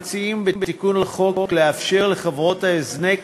בתיקון לחוק אנחנו מציעים לאפשר לחברות ההזנק